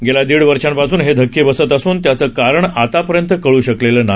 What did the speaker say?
गेल्या दीड वर्षापासून हे धक्के बसत असून त्याचं कारण आतापर्यंत कळू शकलेलं नाही